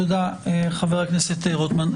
תודה, חבר הכנסת רוטמן.